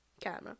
camera